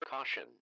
Caution